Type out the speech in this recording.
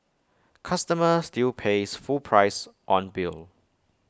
customer still pays full price on bill